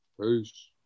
Peace